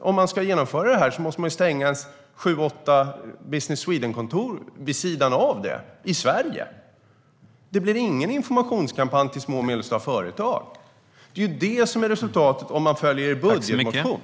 Om man ska genomföra det här måste man nämligen stänga sju åtta Business Sweden-kontor vid sidan av det, i Sverige. Det blir ingen informationskampanj till små och medelstora företag. Det blir resultatet om man följer er budgetmotion.